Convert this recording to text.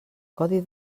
codi